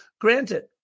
Granted